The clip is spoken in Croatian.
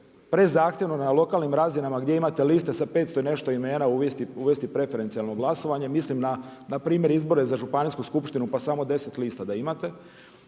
prezahtjevno na lokalnim razinama gdje imate liste sa 500 i nešto imena uvesti preferencijalno glasovanje, mislim npr. izbore za županijsku skupštinu pa samo 10 lista da imate.